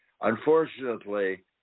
unfortunately